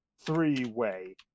Three-Way